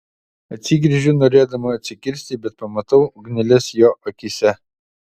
atsigręžiu norėdama atsikirsti bet pamatau ugneles jo akyse